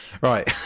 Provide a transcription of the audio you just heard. Right